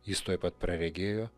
jis tuoj pat praregėjo